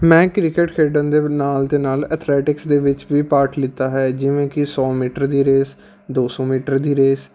ਮੈਂ ਕ੍ਰਿਕਟ ਖੇਡਣ ਦੇ ਨਾਲ ਦੇ ਨਾਲ ਅਥਲੈਟਿਕਸ ਦੇ ਵਿੱਚ ਵੀ ਪਾਰਟ ਲਿੱਤਾ ਹੈ ਜਿਵੇਂ ਕਿ ਸੌ ਮੀਟਰ ਦੀ ਰੇਸ ਦੋ ਸੌ ਮੀਟਰ ਦੀ ਰੇਸ